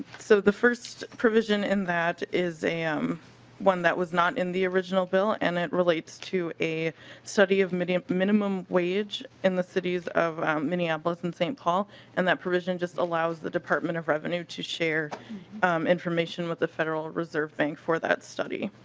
so the first provision in that is a um one that was not in the original bill and it relates to a study of minimum minimum wage in the cities of minneapolis and st. paul and that provision allows the department of revenue to share information with the federal reserve bank for that study.